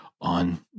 on